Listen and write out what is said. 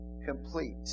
complete